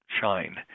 shine